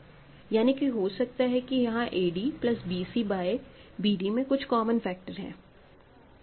यानी कि हो सकता है कि यहां ad plus bc by bd में कुछ कॉमन फैक्टर हैं